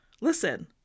Listen